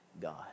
God